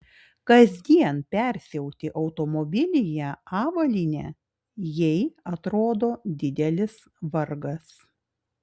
kasdien persiauti automobilyje avalynę jei atrodo didelis vargas